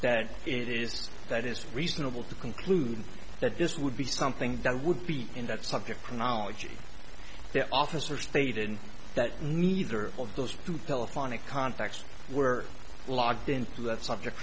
that it is that is reasonable to conclude that this would be something that would be in that subject knology the officer stated that neither of those two telephonic context were locked into that subject